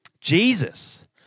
Jesus